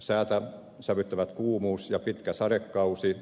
säätä sävyttävät kuumuus ja pitkä sadekausi